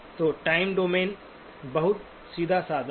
तो time domain बहुत सीधा साधा है